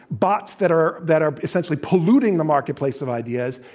bots that are that are essentially polluting the marketplace of ideas,